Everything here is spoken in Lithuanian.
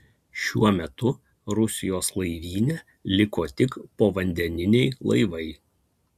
šiuo metu rusijos laivyne liko tik povandeniniai laivai